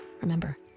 Remember